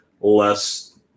less